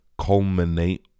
culminate